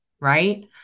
right